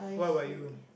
what about you